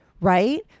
right